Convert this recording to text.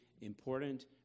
important